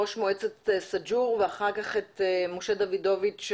ראש מועצת סאג'ור ואחר כך משה דוידוביץ,